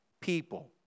people